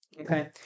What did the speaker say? okay